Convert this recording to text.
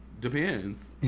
Depends